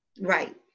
Right